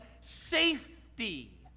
safety